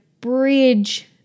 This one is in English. bridge